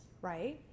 right